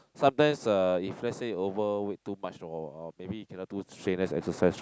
sometimes uh if let's say over week too much or or maybe cannot do strenuous exercise